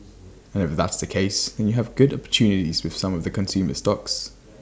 and if that's the case then you have good opportunities with some of the consumer stocks